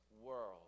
world